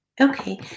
Okay